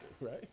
right